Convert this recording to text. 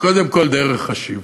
וקודם כול דרך חשיבה.